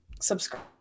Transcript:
subscribe